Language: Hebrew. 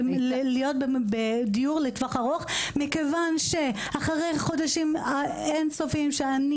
דיור לטווח ארוך מכיוון שאחרי חודשים אינסופיים שאני